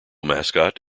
mascot